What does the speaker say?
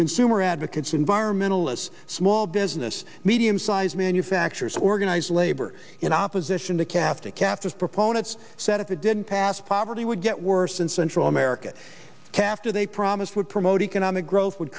consumer advocates environmentalist small business medium size manufacturers organized labor in opposition to catholic captors proponents said if it didn't pass poverty would get worse in central america kaptur they promised would promote economic growth would